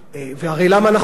הרי למה אנחנו דנים?